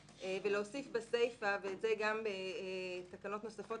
ולהוסיף בסיפה ואת זה גם בתקנות נוספות